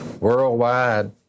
Worldwide